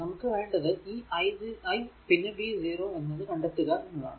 നമുക്ക് വേണ്ടത് ഈ i പിന്നെ v 0 എന്നത് കണ്ടെത്തുക എന്നതാണ്